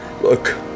Look